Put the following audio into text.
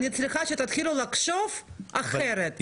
אני צריכה שתתחילו לחשוב אחרת.